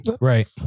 Right